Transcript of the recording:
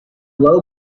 low